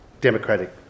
democratic